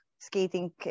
skating